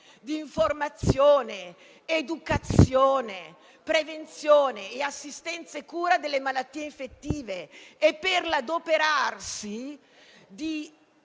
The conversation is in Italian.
di informazione, educazione, prevenzione, assistenza e cura delle malattie infettive e per l'adoperarsi di